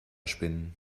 spinnen